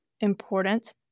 important